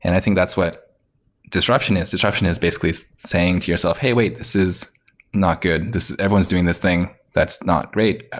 and i think that's what disruption is. disruption is basically saying to yourself, hey, wait. this is not good. everyone's doing this thing. that's not great.